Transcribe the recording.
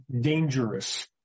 dangerous